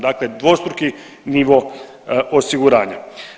Dakle, dvostruki nivo osiguranja.